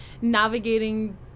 navigating